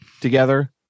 together